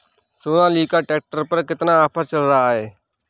Sonalika tractor पर कितना offer चल रहा है?